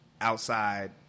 outside